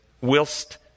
whilst